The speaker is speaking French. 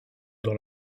dans